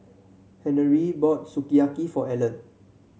Henery bought Sukiyaki for Ellen